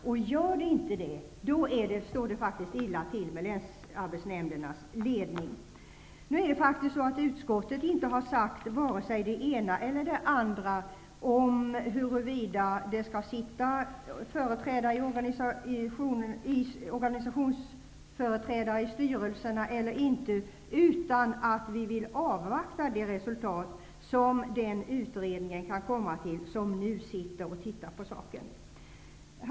Finns det inga sådana, då står det illa till med länsarbetsnämndernas ledning. Utskottet har inte sagt vare sig det ena eller det andra om huruvida det skall sitta organisationsföreträdare i styrelserna eller inte, utan vi vill avvakta det resultat som den utredning som nu sitter och tittar på saken kan komma fram till.